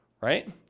Right